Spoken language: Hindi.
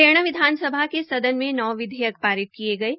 हरियाणा विधानसभा के सदन में नौ विधेयक पारित किये गये